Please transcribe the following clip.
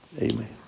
Amen